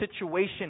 situation